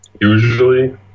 usually